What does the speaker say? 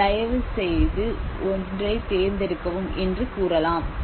தயவுசெய்து ஒன்றைத் தேர்ந்தெடுக்கவும் என்று கூறலாம்